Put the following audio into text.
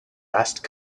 asked